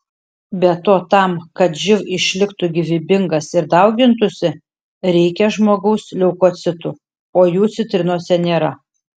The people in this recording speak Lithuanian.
be to tam kad živ išliktų gyvybingas ir daugintųsi reikia žmogaus leukocitų o jų citrinose nėra